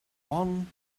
one